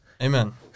Amen